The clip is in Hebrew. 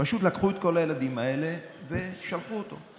פשוט לקחו את כל הילדים האלה ושלחו אותם,